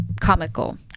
comical